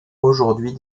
aujourd’hui